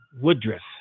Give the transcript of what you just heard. Woodruff